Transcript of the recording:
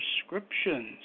prescriptions